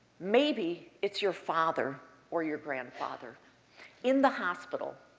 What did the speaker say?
maybe it's your father or your grandfather in the hospital.